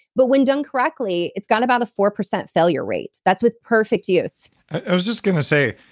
but when done correctly, it's got about a four percent failure rate. that's with perfect use i was just going to say,